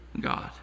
God